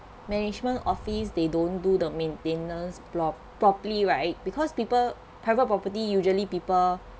management office they don't do the maintenance block properly right because people private property usually people